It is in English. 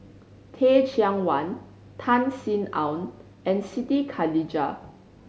Teh Cheang Wan Tan Sin Aun and Siti Khalijah